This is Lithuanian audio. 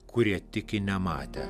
kurie tiki nematę